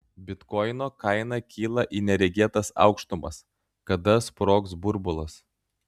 bitkoino kaina kyla į neregėtas aukštumas kada sprogs burbulas